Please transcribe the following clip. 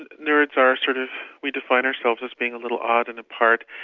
and nerds are sort of we define ourselves as being a little odd and apart,